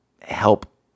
help